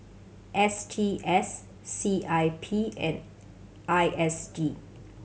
S T S C I P and I S D